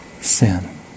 sin